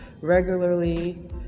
regularly